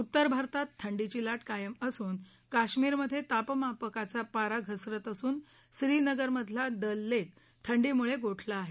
उत्तर भारतात थंडीची लाट कायम असून काश्मीरमध्ये तापमापकाचा पारा घसरत असून श्रीनगरमधला दल लेक थंडीमुळे गोठला आहे